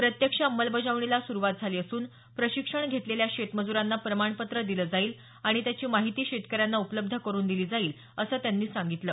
प्रत्यक्ष अंमलबजावणीला सुरूवात झाली असून प्रशिक्षण घेतलेल्या शेतमजुराना प्रमाणपत्र दिल जाईल आणि त्याची माहिती शेतकऱ्यांना उपलब्ध करुन दिली जाईल असं त्यांनी सांगितलं